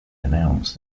announced